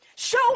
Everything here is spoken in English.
Show